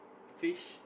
fish